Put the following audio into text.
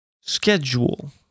schedule